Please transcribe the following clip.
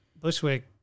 Bushwick